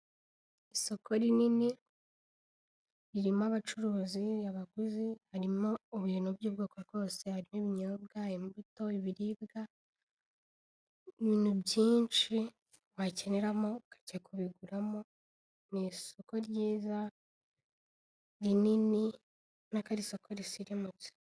Isoko rinini irimo abacuruzi abaguzi harimo ibintu by'ubwoko bwose n'ibinyobwa imbuto ibiribwa, ibintu byinshi wakeneramo ukajya kubiguramo ni isoko ryiza, rinini urabona ko ari isoko risirimutse.